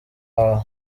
wawe